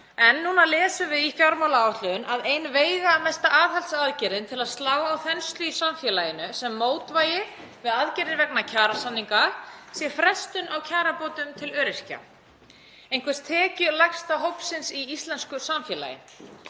En nú lesum við í fjármálaáætlun að ein veigamesta aðhaldsaðgerðin til að slá á þenslu í samfélaginu, sem mótvægi við aðgerðir vegna kjarasamninga, sé frestun á kjarabótum til öryrkja, einhvers tekjulægsta hópsins í íslensku samfélagi.